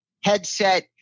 headset